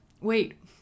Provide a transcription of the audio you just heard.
wait